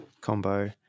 combo